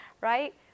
Right